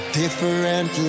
different